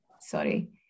sorry